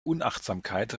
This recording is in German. unachtsamkeit